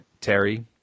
Terry